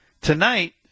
tonight